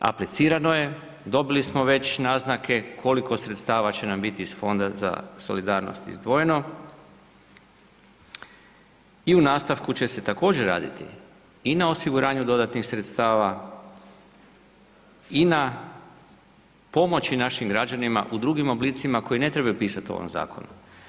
Aplicirano je, dobili smo već naznake koliko sredstava će nam biti iz Fonda za solidarnost izdvojeno, i u nastavku će se također, raditi i na osiguranju dodatnih sredstava i na pomoć našim građanima u drugim oblicima koji ne trebaju pisati o ovom zakonu.